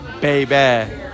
Baby